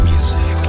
Music